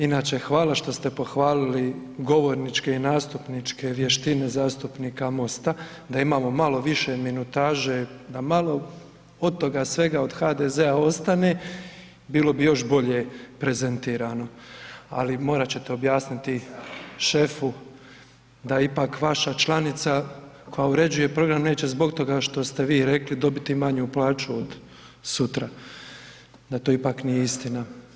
Inače hvala što ste pohvalili govorničke i nastupničke vještine zastupnika MOST-a, da imamo malo više minutaže, da malo od toga svega od HDZ-a ostane bilo bi još bolje prezentirano, ali morat ćete objasniti šefu da ipak vaša članica koja uređuje program neće zbog toga što ste vi rekli dobiti manju plaću od sutra, da to ipak nije istina.